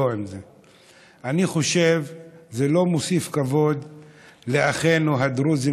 אני חושב שזה לא מוסיף כבוד לאחינו הדרוזים